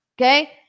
Okay